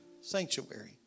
sanctuary